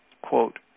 Quote